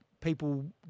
people